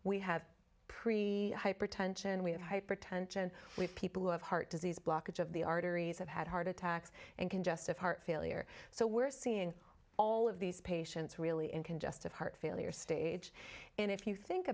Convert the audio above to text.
we have pre hypertension we have hypertension with people who have heart disease blockage of the arteries have had heart attacks and congestive heart failure so we're seeing all of these patients really in congestive heart failure stage and if you think